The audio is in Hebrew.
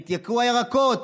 התייקרו הירקות,